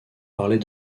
parler